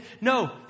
No